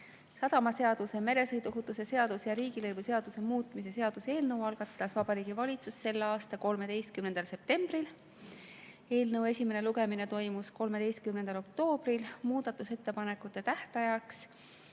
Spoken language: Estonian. Sadamaseaduse, meresõiduohutuse seaduse ja riigilõivuseaduse muutmise seaduse eelnõu algatas Vabariigi Valitsus s.a 13. septembril. Eelnõu esimene lugemine toimus 13. oktoobril. Muudatusettepanekute tähtajaks,